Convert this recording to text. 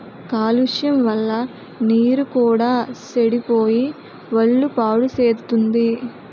కాలుష్యం వల్ల నీరు కూడా సెడిపోయి ఒళ్ళు పాడుసేత్తుంది